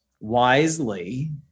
wisely